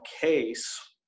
case